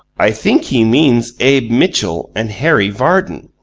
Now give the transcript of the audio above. i think he means abe mitchell and harry vardon.